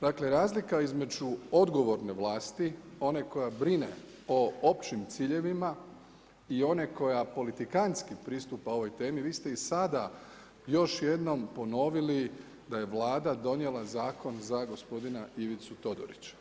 Dakle razlika između odgovorne vlasti, one koja brine o općim ciljevima i one koja politikanski pristupa ovoj temi, vi ste i sada još jednom ponovili da je Vlada donijela zakon za gospodina Ivicu Todorića.